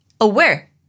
aware